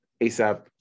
ASAP